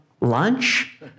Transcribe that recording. lunch